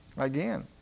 Again